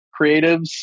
creatives